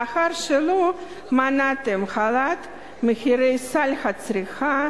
לאחר שלא מנעתם את העלאת מחירי סל הצריכה